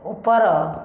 ଉପର